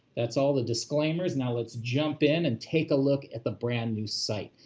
that's all the disclaimers. now let's jump in and take a look at the brand new site.